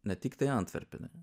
ne tiktai antverpene